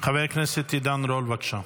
חבר הכנסת עידן רול, בבקשה.